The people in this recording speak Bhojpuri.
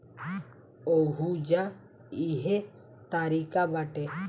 ओहुजा इहे तारिका बाटे